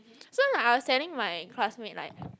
so like I was telling my classmate like